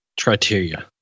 criteria